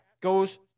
goes